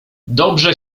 dobrze